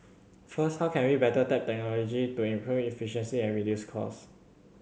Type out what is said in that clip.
first how can we better tap technology to improve efficiency and reduce cost